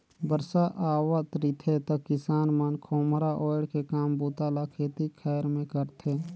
बरसा हावत रिथे त किसान मन खोम्हरा ओएढ़ के काम बूता ल खेती खाएर मे करथे